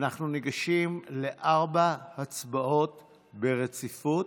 אנחנו ניגשים לארבע הצבעות ברציפות.